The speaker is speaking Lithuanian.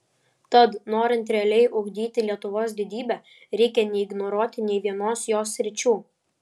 tad norint realiai ugdyti lietuvos didybę reikia neignoruoti nei vienos jos sričių